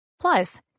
Plus